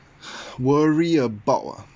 worry about ah